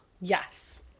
Yes